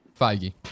Feige